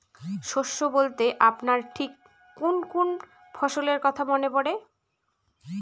শস্য বলতে আপনার ঠিক কোন কোন ফসলের কথা মনে পড়ে?